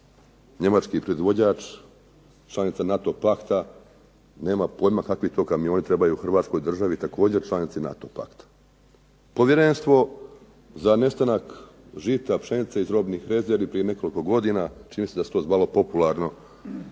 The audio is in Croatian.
njemački proizvođač, članica NATO pakta, nema pojma kakvi to kamioni trebaju Hrvatskoj državi, također članici NATO pakta. Povjerenstvo za nestanak žita, pšenice iz robnih rezervi prije nekoliko godina, čini mi se da se to zvalo popularno